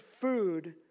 food